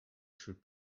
should